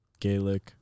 Gaelic